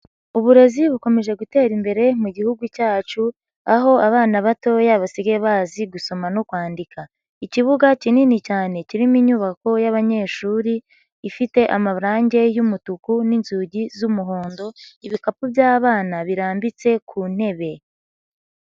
Uburezi bukomeje gutera imbere mu gihugu cyacu, aho abana batoya basigaye bazi gusoma no kwandika. Ikibuga kinini cyane kirimo inyubako y'abanyeshuri ifite amarangi y'umutuku n'inzugi z'umuhondo, ibikapu by'abana birambitse ku ntebe.